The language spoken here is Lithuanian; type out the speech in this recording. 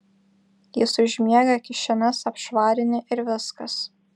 jis užmiega kišenes apšvarini ir viskas